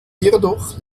hierdurch